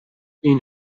این